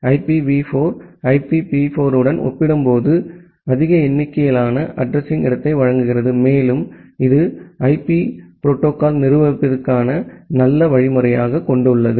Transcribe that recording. IPv 4 IPv 4 உடன் ஒப்பிடும்போது அதிக எண்ணிக்கையிலான அட்ரஸிங் இடத்தை வழங்குகிறது மேலும் இது ஐபி புரோட்டோகால்யை நிர்வகிப்பதற்கான நல்ல வழிமுறையைக் கொண்டுள்ளது